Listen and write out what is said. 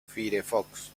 firefox